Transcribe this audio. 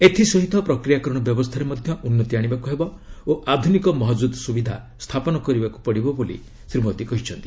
ଏଥିସହିତ ପ୍ରକ୍ରିୟାକରଣ ବ୍ୟବସ୍ଥାରେ ମଧ୍ୟ ଉନ୍ତି ଆଶିବାକ୍ର ହେବ ଓ ଆଧ୍ରନିକ ମହକ୍ରଦ ସ୍ରବିଧା ସ୍ଥାପନ କରିବାକୁ ପଡ଼ିବ ବୋଲି ଶ୍ରୀ ମୋଦୀ କହିଛନ୍ତି